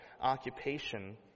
occupation